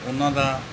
ਉਨ੍ਹਾਂ ਦਾ